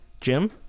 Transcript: Jim